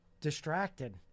distracted